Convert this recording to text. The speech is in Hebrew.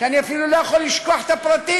שאני אפילו לא יכול לשכוח את הפרטים,